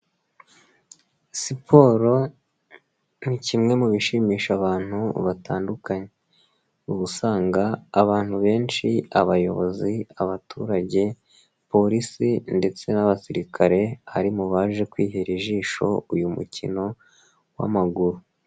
Siporo ni kimwe mu bishimisha abantu batandukanye, uba usanga abantu benshi abayobozi, abaturage, polisi ndetse n'abasirikare bari mu baje kwihera ijisho uyu mukino w'amaguru.